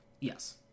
Yes